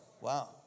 Wow